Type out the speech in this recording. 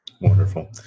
Wonderful